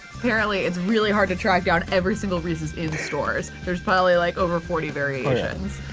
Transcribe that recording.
apparently it's really hard to track down every single reese's in stores. there's probably like, over forty variations.